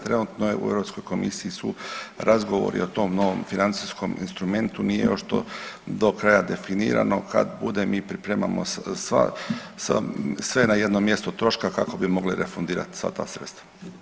Trenutno je u Europskoj komisiji su razgovori o tom novom financijskom instrumentu, nije još to do kraja definirano, kad bude mi pripremamo sva, sve na jednom mjestu troška kao bi mogli refundirati sva ta sredstva.